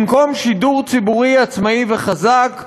במקום שידור ציבורי עצמאי וחזק,